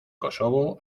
kosovo